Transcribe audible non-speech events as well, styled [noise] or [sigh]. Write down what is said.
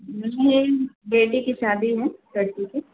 [unintelligible] बेटे की शादी है लड़के की